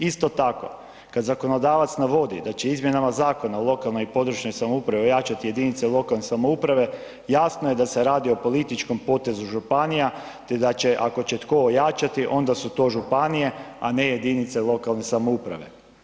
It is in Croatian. Isto tako, kada zakonodavac navodi da će izmjenama Zakona o lokalnoj i područnoj samoupravi jačati jedinice lokalne samouprave, jasno je da se radi o političkom potezu županija te da će, ako će tko ojačati, onda su to županije, a ne jedinice lokalne samouprave.